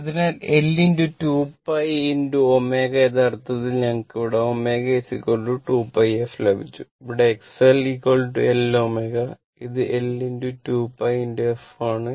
അതിനാൽ L 2 pi ω യഥാർത്ഥത്തിൽ ഞങ്ങൾക്ക് ഇവിടെ ω 2 pi f ലഭിച്ചു ഇവിടെ X L L ω ഇത് L 2 pi f ആണ്